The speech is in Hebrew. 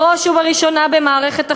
בראש ובראשונה במערכת החינוך.